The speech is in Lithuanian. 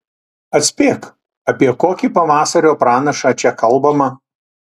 atspėk apie kokį pavasario pranašą čia kalbama